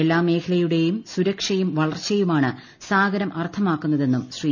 എല്ലാ മേഖലയുടെയും സുരക്ഷയും വളർച്ചയുമാണ് സാഹരം അർത്ഥമാക്കുന്നതെന്നും ശ്രീ